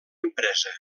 empresa